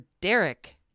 Derek